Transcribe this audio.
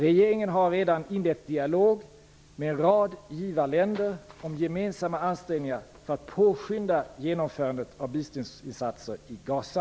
Regeringen har redan inlett dialog med en rad givarländer om gemensamma ansträngningar för att påskynda genomförande av biståndsinsatser i Gaza.